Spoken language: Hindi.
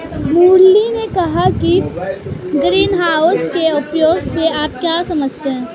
मुरली ने कहा कि ग्रीनहाउस के उपयोग से आप क्या समझते हैं?